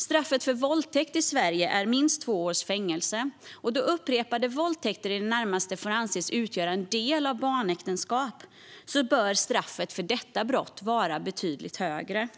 Straffet för våldtäkt i Sverige är minst två års fängelse, och då upprepade våldtäkter i det närmaste får anses utgöra en del av barnäktenskap bör straffet för detta brott vara betydligt högre.